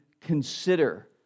consider